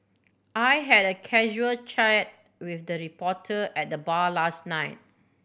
I had a casual chat with a reporter at the bar last night